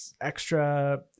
extra